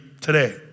today